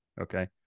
Okay